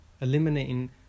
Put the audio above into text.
eliminating